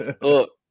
look